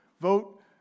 Vote